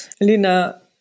Lina